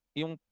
yung